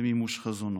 למימוש חזונו.